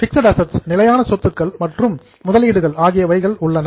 fixed assets நிலையான சொத்துக்கள் மற்றும் இன்வெஸ்ட்மென்ட் முதலீடுகள் ஆகியவைகள் உள்ளன